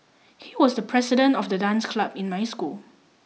he was the president of the dance club in my school